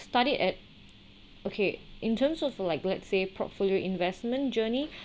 started at okay in terms of like let's say portfolio investment journey